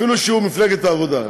אפילו שהוא במפלגת העבודה,